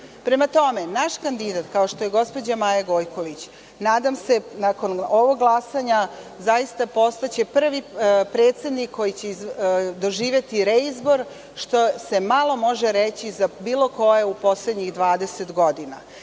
tome, naš kandidat, kao što je gospođa Maja Gojković, nadam se nakon ovog glasanja zaista postaće prvi predsednik koji će doživeti reizbor, što se malo može reći za bilo kojeg u poslednjih 20 godina.